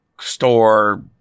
store